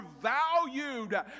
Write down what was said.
valued